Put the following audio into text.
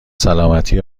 سلامتی